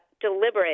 deliberate